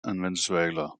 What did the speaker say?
venezuela